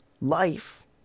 life